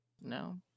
no